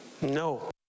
No